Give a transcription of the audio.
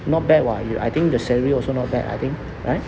not bad lah I think the salary also not bad I think right